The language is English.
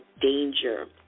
danger